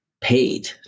paid